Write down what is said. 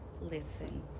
listen